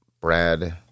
Brad